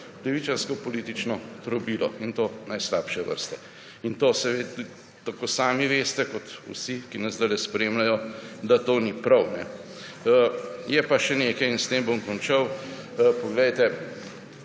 levičarsko politično trobilo, in to najslabše vrste. To tako sami veste kot vsi, ki nas sedaj spremljajo, da to ni prav. Je pa še nekaj in s tem bom končal. Prej